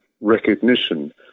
recognition